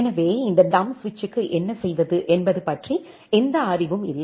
எனவே இந்த டம்ப் சுவிட்சுக்கு என்ன செய்வது என்பது பற்றி எந்த அறிவும் இல்லை